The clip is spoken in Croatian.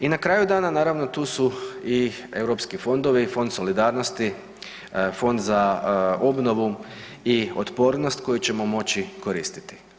I na kraju dana, naravno tu su i europski fondovi i Fond solidarnosti, Fond za obnovu i otpornost koji ćemo moći koristiti.